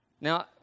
Now